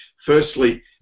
firstly